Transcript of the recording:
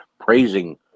praising